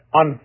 on